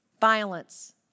violence